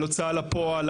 על הוצאה לפועל,